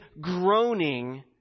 groaning